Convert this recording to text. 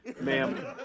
Ma'am